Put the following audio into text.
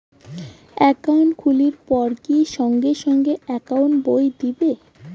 Account খুলির পর কি সঙ্গে সঙ্গে একাউন্ট বই দিবে?